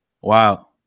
Wow